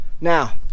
now